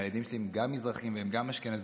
והילדים שלי הם גם מזרחים והם גם אשכנזים,